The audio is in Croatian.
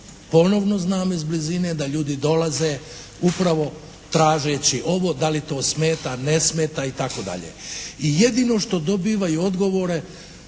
ponovno znam iz blizine da ljudi dolaze upravo tražeći ovo, da li to smeta, ne smeta itd. I jedino što dobivaju odgovore